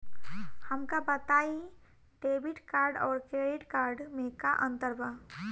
हमका बताई debit card और क्रेडिट कार्ड में का अंतर बा?